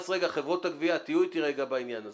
חברות הגבייה, תהיו איתי רגע בעניין הזה.